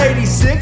86